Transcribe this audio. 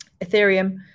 ethereum